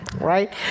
right